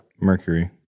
Mercury